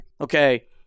okay –